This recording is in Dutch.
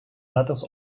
letters